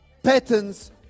patterns